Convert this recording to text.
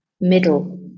middle